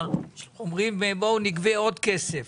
אנחנו נעסוק בהצעה לסדר-היום של חבר הכנסת בצלאל אברהם: